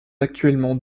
actuellement